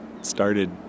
started